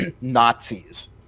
Nazis